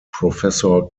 professor